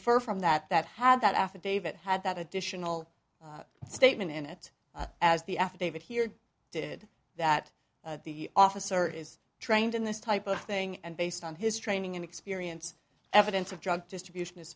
infer from that that had that affidavit had that additional statement in it as the affidavit here did that the officer is trained in this type of thing and based on his training and experience evidence of drug distribution is